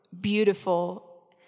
beautiful